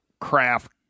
craft